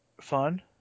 fun